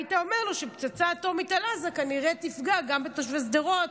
היית אומר לו שפצצה אטומית על עזה כנראה תפגע גם בתושבי שדרות,